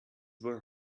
were